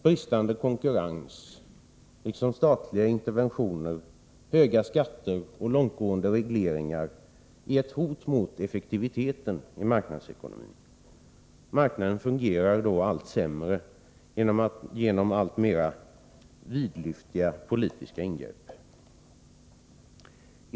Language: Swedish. Bristande konkurrens, liksom statliga interventioner, höga skatter och långtgående regleringar är ett hot mot effektiviteten i marknadsekonomin. Marknaden fungerar då allt sämre på grund av allt fler vidlyftiga politiska ingrepp.